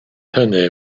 hynny